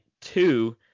two